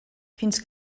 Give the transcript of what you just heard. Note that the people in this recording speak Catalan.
fins